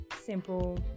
Simple